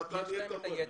מה זה שייך?